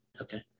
Okay